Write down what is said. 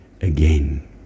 again